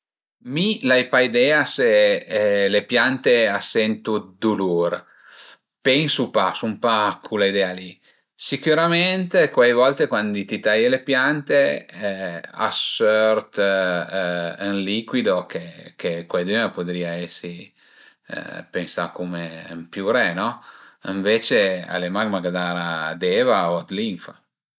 Mi l'ai pa idea se le piante a sentu dë dulur, pensu pa, a sun pa dë cula idea li. Sicürament cuai volta cuandi ti taie le piante a sört ën licuido che cuaidün a pudrìa esi pensa cume piuré no? Ënvece al e mach magara d'eva o dë linfa